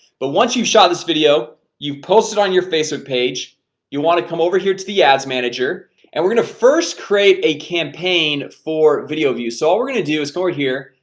but once you've shot this video you've posted on your facebook page you want to come over here to the ads manager and we're gonna first create a campaign for video views so all we're gonna do is ford here.